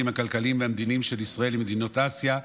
הכלכליים והמדיניים של ישראל עם מדינות אסיה,